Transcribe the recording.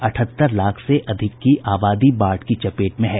अठहत्तर लाख से अधिक की आबादी बाढ़ की चपेट में है